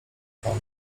panu